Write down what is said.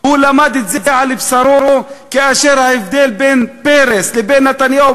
הוא למד את זה על בשרו כאשר ההבדל בין פרס לבין נתניהו,